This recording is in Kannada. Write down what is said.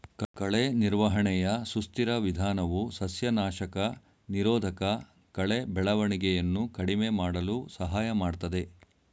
ಕಳೆ ನಿರ್ವಹಣೆಯ ಸುಸ್ಥಿರ ವಿಧಾನವು ಸಸ್ಯನಾಶಕ ನಿರೋಧಕಕಳೆ ಬೆಳವಣಿಗೆಯನ್ನು ಕಡಿಮೆ ಮಾಡಲು ಸಹಾಯ ಮಾಡ್ತದೆ